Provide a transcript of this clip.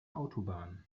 autobahn